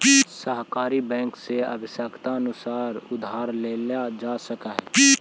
सहकारी बैंक से आवश्यकतानुसार उधार लेल जा सकऽ हइ